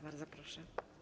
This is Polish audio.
Bardzo proszę.